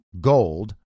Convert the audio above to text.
gold